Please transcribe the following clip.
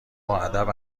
ادب